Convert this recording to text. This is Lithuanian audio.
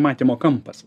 matymo kampas